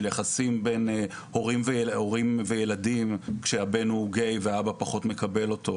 של יחסים בין הורים לילדים כשהבן הוא גיי והאבא פחות מקבל אותו,